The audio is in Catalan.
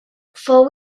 fou